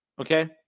okay